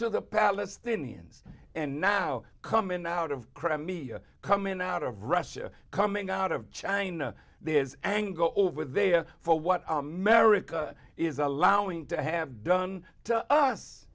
to the palestinians and now coming out of crimea coming out of russia coming out of china there is angola over there for what merica is allowing to have done to us